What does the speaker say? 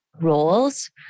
roles